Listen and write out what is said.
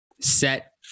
set